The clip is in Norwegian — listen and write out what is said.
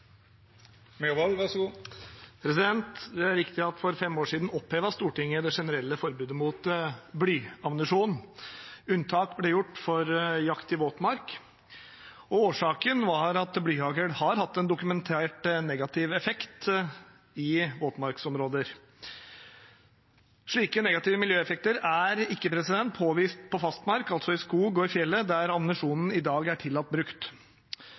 at for fem år siden opphevet Stortinget det generelle forbudet mot blyammunisjon. Unntak ble gjort for jakt i våtmark. Årsaken var at blyhagl har hatt en dokumentert negativ effekt i våtmarksområder. Slike negative miljøeffekter er ikke påvist på fastmark, altså i skog og i fjellet, der ammunisjonen i dag er tillatt brukt.